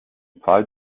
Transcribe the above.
pfahl